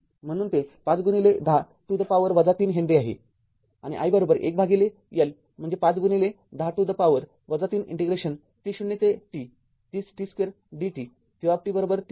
म्हणून ते ५१० to the power ३ henry आहे आणि I१ L म्हणजे ५ १० to the power ३ इंटिग्रेशन t० ते t ३०t२ dt v३०t२ दिले आहे आदिक ० आहे